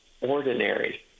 ordinary